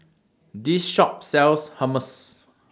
This Shop sells Hummus